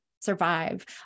survive